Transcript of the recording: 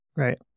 Right